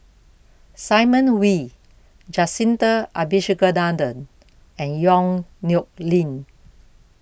Simon Wee Jacintha Abisheganaden and Yong Nyuk Lin